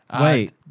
Wait